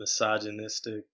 misogynistic